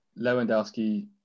Lewandowski